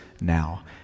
now